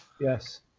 Yes